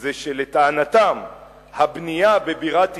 זה שלטענתם הבנייה בבירת ישראל,